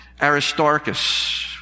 Aristarchus